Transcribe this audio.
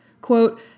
Quote